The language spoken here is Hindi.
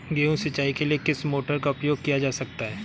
गेहूँ सिंचाई के लिए किस मोटर का उपयोग किया जा सकता है?